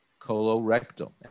Colorectal